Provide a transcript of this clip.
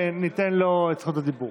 ניתן לו את זכות הדיבור.